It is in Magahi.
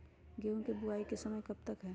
गेंहू की बुवाई का समय कब तक है?